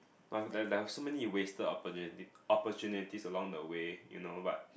were there were so many wasted opportunity opportunities along the way you know but